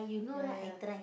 ya ya